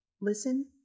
listen